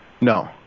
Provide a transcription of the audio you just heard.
No